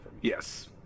Yes